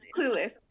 Clueless